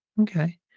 okay